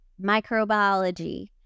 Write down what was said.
microbiology